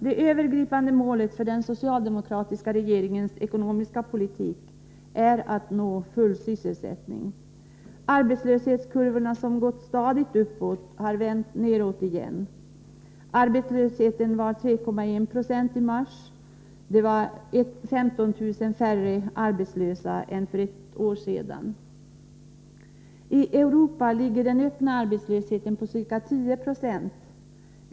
Det övergripande målet för den socialdemokratiska regeringens ekonomiska politik är att uppnå full sysselsättning. Arbetslöshetskurvan, som gått stadigt uppåt, har vänt neråt igen. Arbetslösheten var 3,1 90 i mars, vilket innebär 15 000 färre arbetslösa än för ett år sedan. I Europa ligger den öppna arbetslösheten på ca 10 96.